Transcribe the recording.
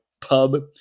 pub